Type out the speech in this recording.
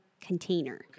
container